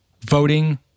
voting